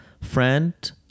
friend